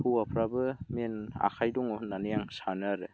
हौवाफ्राबो मेइन आखाय दङ होननानै आं सानो आरो